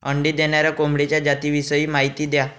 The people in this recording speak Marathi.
अंडी देणाऱ्या कोंबडीच्या जातिविषयी माहिती द्या